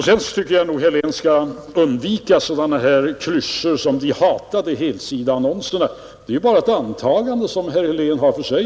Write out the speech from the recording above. Sedan tycker jag att herr Helén skall undvika sådana här klyschor som ”de hatade helsidesannonserna”. Det är bara ett antagande som herr Helén gör.